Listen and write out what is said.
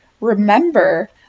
remember